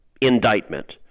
indictment